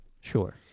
Sure